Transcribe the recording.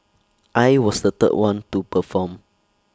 I was the third one to perform